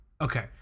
Okay